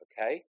Okay